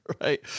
Right